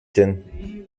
denn